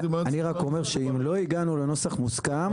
אני רק אומר שאם לא הגענו לנוסח מוסכם,